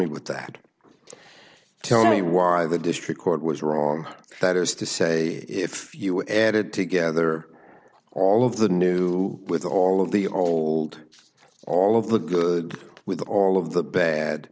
me with that tell me why the district court was wrong that is to say if you added together all of the new with all of the old all of the good with all of the bad